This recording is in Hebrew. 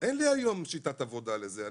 אין לי היום שיטת עבודה לזה.